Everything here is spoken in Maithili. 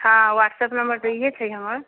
हाँ वाट्सप नम्बर ईहे छै हमर